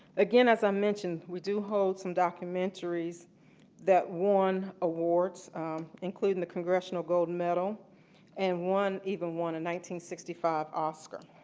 again, as i mention, we do hold some documentaries that won awards including the congressional gold and medal and one even won a one sixty five oscar.